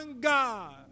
God